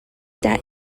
that